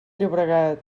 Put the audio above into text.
llobregat